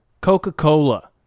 Coca-Cola